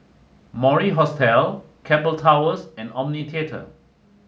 Mori Hostel Keppel Towers and Omni tater